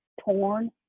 torn